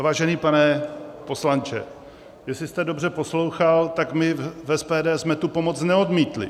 Vážený pane poslanče, jestli jste dobře poslouchal, tak my v SPD jsme tu pomoc neodmítli.